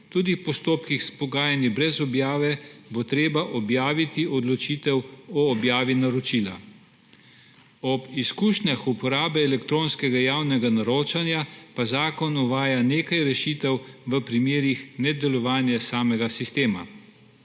tudi v postopkih s pogajanji brez objave bo treba objaviti odločitev o objavi naročila. Ob izkušnjah uporabe elektronskega javnega naročanja pa zakon uvaja nekaj rešitev v primerih nedelovanja samega sistema.